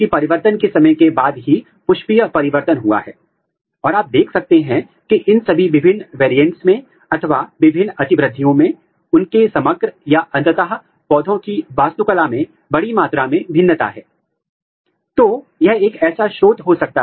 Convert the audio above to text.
उदाहरण के लिए यह बायोटीन लेबल्ड UTP है DIG अथवा digoxigenin लेबल्ड UTP और फिर जीन के आकार के आधार पर आप उनका उपयोग कर सकते हैं आप उनको हाइड्रोलाइज कर सकते हैं